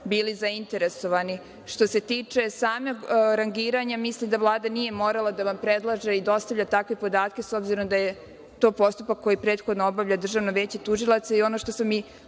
bili zainteresovani. Što se tiče samog rangiranja, mislim da Vlada nije morala da vam predlaže i da vam ostavlja takve podatke, s obzirom da je to postupak koji prethodno obavlja Državno veće tužilaca i ono što sam